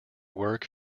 work